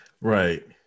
Right